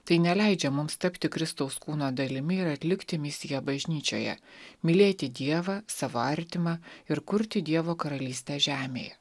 tai neleidžia mums tapti kristaus kūno dalimi ir atlikti misiją bažnyčioje mylėti dievą savo artimą ir kurti dievo karalystę žemėje